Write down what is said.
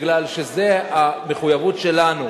מפני שזו המחויבות שלנו